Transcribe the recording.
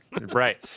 right